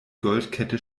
goldkette